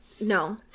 No